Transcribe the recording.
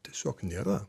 tiesiog nėra